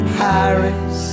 paris